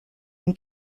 une